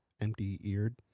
empty-eared